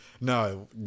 no